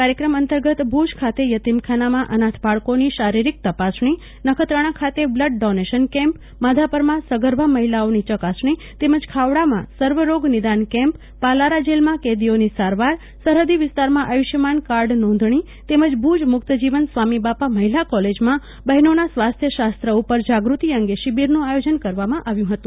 કાર્યક્રમ અંતર્ગત ભુજ ખાતે યતીમખાનામાં અનાથ બાળકો ની શારીરિક તપાસ ણી આ નખત્રાણા ખાતે બ્લડ ડોનેશન કેમ્પ માધાપરમાં સગર્ભા મહિલાઓની ચકાસણી તેમજ ખાવડામાં સર્વરોગ નિદાન કેમ્પ પાલારા જેલમાં કેદીઓની સારવાર સરહદી વિસ્તારમાં આયુષ્યમાન કાર્ડ નોંધણી તેમજ ભુજ મુક્તજીવન સ્વામીબાપા મહિલા કોલેજમાં બહેનોનાસ્વાસ્થ્ય શાસ્ત્ર ઉપર જાગૃતિ અંગે શિબિરનું આયોજન કરવામાં આવ્યું હતું